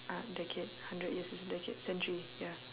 uh decade hundred years is decade century ya